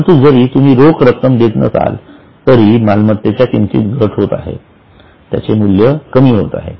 परंतु जरी तुम्ही रोख रक्कम देत नसाल तरी मालमत्तेच्या किमतीत घट होत आहे त्याचे मूल्य कमी होत आहे